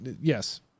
Yes